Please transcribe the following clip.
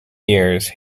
years